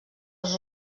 els